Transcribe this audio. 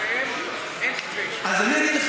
אז אני אגיד לך,